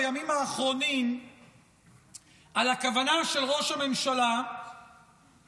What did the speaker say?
מדברים רבות בימים האחרונים על הכוונה של ראש הממשלה למנות